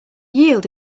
yield